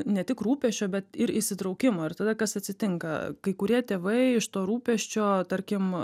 ne tik rūpesčio bet ir įsitraukimo ir tada kas atsitinka kai kurie tėvai iš to rūpesčio tarkim